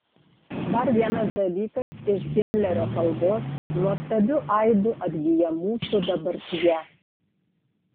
dar vienas dalykas iš himlerio kalbos nuostabiu aidu atgyja mūsų dabartyje